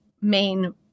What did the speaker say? main